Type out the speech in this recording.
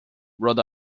road